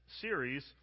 series